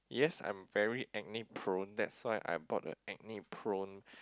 yes I'm very acne prone that's why I bought a acne prone